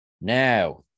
Now